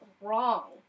wrong